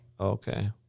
Okay